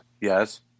Yes